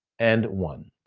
and one.